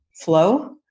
flow